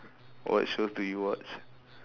what shows do you watch